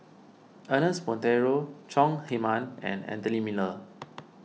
Ernest Monteiro Chong Heman and Anthony Miller